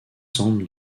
semblent